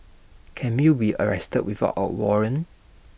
can you be arrested without A warrant